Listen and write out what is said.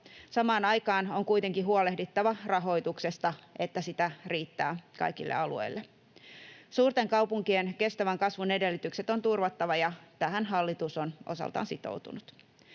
Samaan aikaan on kuitenkin huolehdittava rahoituksesta, että sitä riittää kaikille alueille. Suurten kaupunkien kestävän kasvun edellytykset on turvattava, ja tähän hallitus on osaltaan sitoutunut.